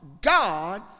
God